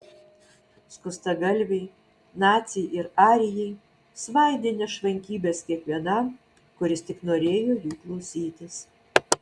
skustagalviai naciai ir arijai svaidė nešvankybes kiekvienam kuris tik norėjo jų klausytis